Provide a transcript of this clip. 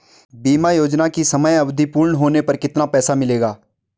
बीमा योजना की समयावधि पूर्ण होने पर कितना पैसा मिलेगा?